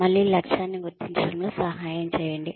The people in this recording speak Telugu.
మళ్ళీ లక్ష్యాన్ని గుర్తించడంలో సహాయం చేయండి